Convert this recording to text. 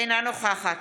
אינה נוכחת